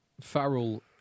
Farrell